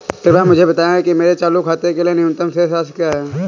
कृपया मुझे बताएं कि मेरे चालू खाते के लिए न्यूनतम शेष राशि क्या है?